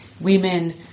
Women